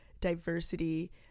diversity